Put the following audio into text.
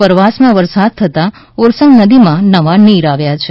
ઉપરવાસમાં વરસાદ થતાં ઓરસંગ નદીમાં નવા નીર આવ્યા છે